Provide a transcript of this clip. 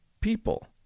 people